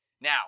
Now